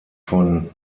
von